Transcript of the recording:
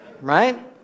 Right